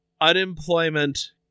unemployment